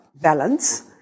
balance